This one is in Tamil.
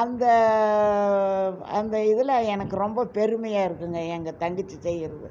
அந்த அந்த இதில் எனக்கு ரொம்ப பெருமையாக இருக்குங்க எங்கள் தங்கச்சி செய்யறது